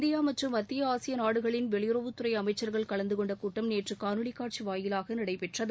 India மற்றும் மத்திய ஆசிய நாடுகளின் வெளியுறவுத்துறை அமைச்சர்கள் கலந்துகொண்ட கூட்டம் நேற்று காணொலி காட்சி வாயிலாக நடைபெற்றது